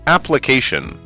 Application